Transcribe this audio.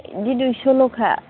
बे दुइस' ल'खा